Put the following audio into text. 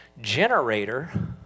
generator